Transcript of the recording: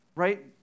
right